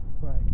Right